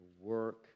work